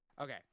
Okay